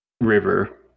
river